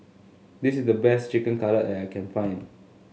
this is the best Chicken Cutlet that I can find